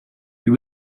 you